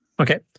Okay